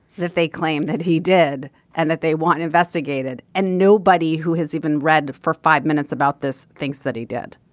that they claim that he did and that they want investigated and nobody who has even read for five minutes about this thinks that he did